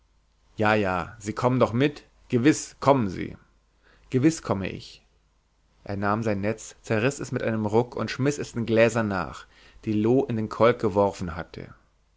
gehen jaja sie kommen doch mit gewiß kommen sie gewiß komme ich er nahm sein netz zerriß es mit einem ruck und schmiß es den gläsern nach die loo in den kolk geworfen hatte